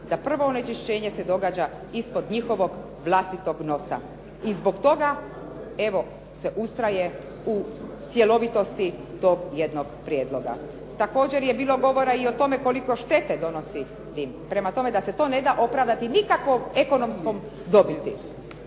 da prvo onečišćenje se događa ispod njihovog vlastitog nosa. I zbog toga evo se ustraje u cjelovitosti tog jednog prijedloga. Također je bilo govora i o tome koliko štete donosi dim. Prema tome, da se to neda opravdati nikakvom ekonomskom dobiti.